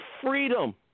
freedom